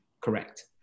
correct